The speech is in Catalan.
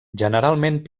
generalment